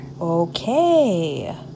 Okay